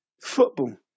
football